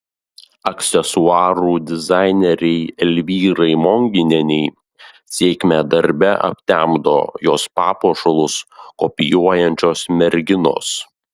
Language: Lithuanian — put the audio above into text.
aksesuarų dizainerei elvyrai monginienei sėkmę darbe aptemdo jos papuošalus kopijuojančios merginos